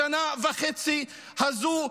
בשנה וחצי האלה,